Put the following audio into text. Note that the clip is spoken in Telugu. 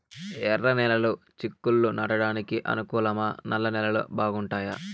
ఎర్రనేలలు చిక్కుళ్లు నాటడానికి అనుకూలమా నల్ల నేలలు బాగుంటాయా